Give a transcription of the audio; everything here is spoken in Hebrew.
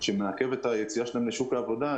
שמעכבת את היציאה שלהם לשוק העבודה.